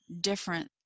different